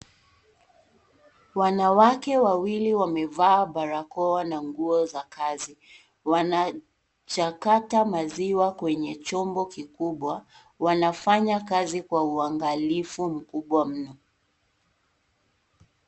Wanawake wawili wamevaa barakoa na nguo za kazi wanachakata maziwa kwenye chombo kikubwa wanafanya kazi kwa uangalifu mkubwa mno.